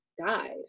died